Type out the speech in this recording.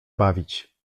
bawić